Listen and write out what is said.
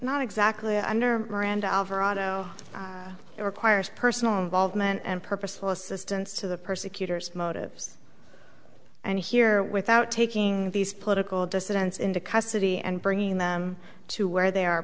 not exactly under miranda alvarado it requires personal involvement and purposeful assistance to the persecutors motives and here without taking these political dissidents into custody and bringing them to where they are